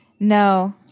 No